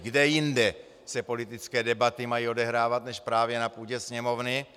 Kde jinde se politické debaty mají odehrávat než právě na půdě Sněmovny?